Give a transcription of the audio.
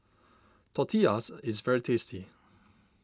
Tortillas is very tasty